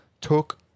took –